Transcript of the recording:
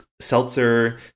seltzer